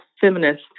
feminist